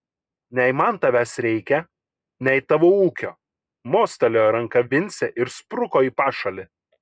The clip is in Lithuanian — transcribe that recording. nei man tavęs reikia nei tavo ūkio mostelėjo ranka vincė ir spruko į pašalį